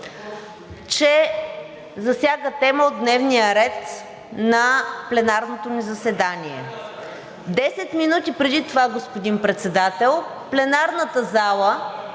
че засяга тема от дневния ред на пленарното ни заседание. Десет минути преди това, господин Председател, пленарната зала